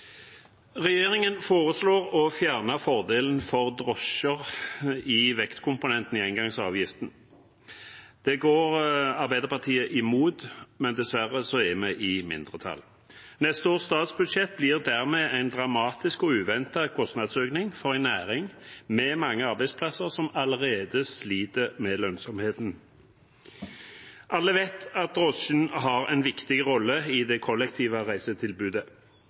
Regjeringen foreslår å fjerne fordelen for drosjer i vektkomponenten i engangsavgiften. Det går Arbeiderpartiet imot, men dessverre er vi i mindretall. Neste års statsbudsjett gir dermed en dramatisk og uventet kostnadsøkning for en næring med mange arbeidsplasser, som allerede sliter med lønnsomheten. Alle vet at drosjen har en viktig rolle i det kollektive reisetilbudet.